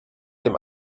dem